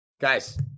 Guys